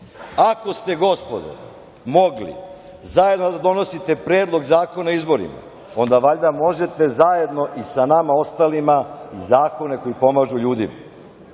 ste, gospodo, mogli zajedno da donosite predlog zakona o izborima, onda valjda možete zajedno i sa nama ostalima i zakone koji pomažu ljudima. Ako